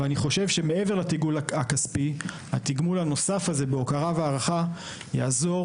מעבר לתגמול הכספי התגמול הנוסף בהוקרה והערכה יעזור